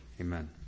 Amen